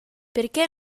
perché